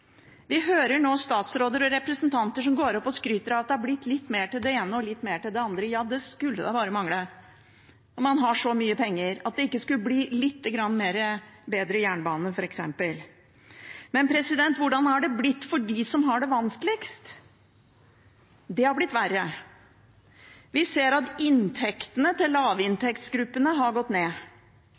Vi hører nå statsråder og representanter som går opp på talerstolen og skryter av at det har blitt litt mer til det ene og litt mer til det andre. Ja, det skulle da bare mangle når man har så mye penger, at det ikke skulle bli lite grann bedre jernbane, f.eks. Men hvordan har det blitt for dem som har det vanskeligst? Det har blitt verre. Vi ser at inntektene til lavinntektsgruppene har gått ned.